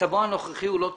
מצבו הנוכחי הוא לא טוב.